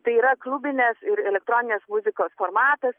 tai yra klubinės ir elektroninės muzikos formatas